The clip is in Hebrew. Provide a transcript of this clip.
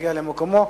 להגיע למקומו,